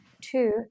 Two